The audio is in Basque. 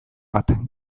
bat